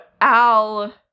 Al